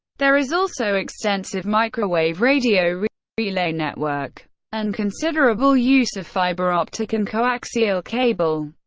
there is also extensive microwave radio relay network and considerable use of fiber-optic and coaxial cable.